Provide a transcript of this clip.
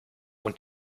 und